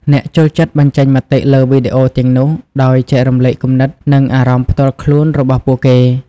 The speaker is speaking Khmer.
អ្នកចូលចិត្តបញ្ចេញមតិលើវីដេអូទាំងនោះ ដោយ ចែករំលែកគំនិត និងអារម្មណ៍ផ្ទាល់ខ្លួនរបស់ពួកគេ។